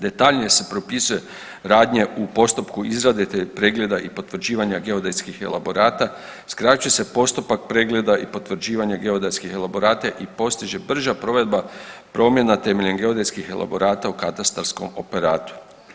Detaljnije se propisuje radnje u postupku izrade te pregleda i potvrđivanja geodetskih elaborata, skraćuje se postupak pregleda i potvrđivanje geodetskih elaborata i postiže brža provedba promjena temeljem geodetskih elaborata u katastarskom operatu.